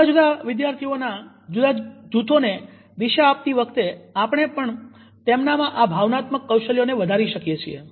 જુદા જુદા વિદ્યાર્થીઓના જૂથોને દિશા આપતી વખતે આપણે પણ તેમનામાં આ ભાવનાત્મક કૌશલ્યોને વધારી શકીએ છીએ